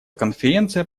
конференция